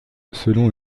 selon